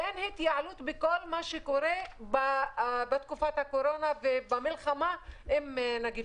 אין התייעלות בכל מה שקורה בתקופת הקורונה ובמלחמה עם הנגיף.